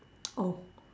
oh